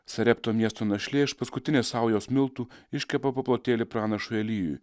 sarepto miesto našlė iš paskutinės saujos miltų iškepa paplotėlį pranašui elijui